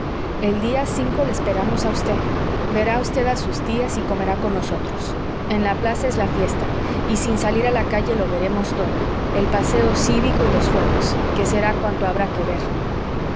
el día cinco le esperamos a usted verá usted a sus tías y comerá con nosotros en la plaza es la fiesta y sin salir a la calle lo veremos todo el paseo cívico y los fuegos que será cuanto habrá que ver